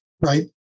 Right